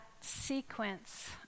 sequence